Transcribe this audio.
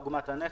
עגמת הנפש,